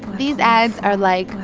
these ads are like,